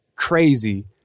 crazy